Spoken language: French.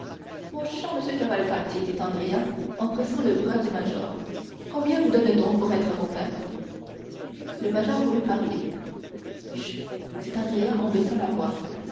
mon cher monsieur cavalcanti dit andrea en pressant le bras du major combien vous donne-t-on pour être mon père le major voulut parler chut dit andrea en baissant la voix